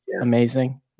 amazing